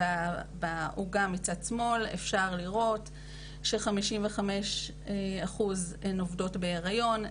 בעוגה מצד שמאל אפשר לראות שכ-55% אחוז הן עובדות בהיריון,